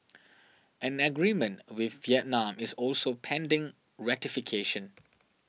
an agreement with Vietnam is also pending ratification